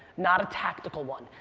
not a tactical one.